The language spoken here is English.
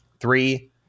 Three